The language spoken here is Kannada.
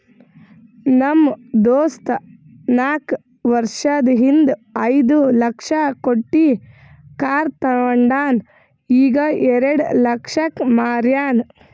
ನಮ್ ದೋಸ್ತ ನಾಕ್ ವರ್ಷದ ಹಿಂದ್ ಐಯ್ದ ಲಕ್ಷ ಕೊಟ್ಟಿ ಕಾರ್ ತೊಂಡಾನ ಈಗ ಎರೆಡ ಲಕ್ಷಕ್ ಮಾರ್ಯಾನ್